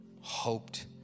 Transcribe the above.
hoped